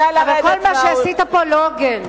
וכל מה שעשית פה לא הוגן.